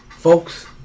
Folks